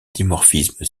dimorphisme